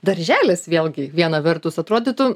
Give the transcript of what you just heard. darželis vėlgi viena vertus atrodytų